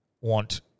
want